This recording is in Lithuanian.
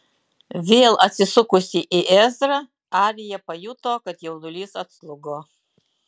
vėl atsisukusi į ezrą arija pajuto kad jaudulys atslūgo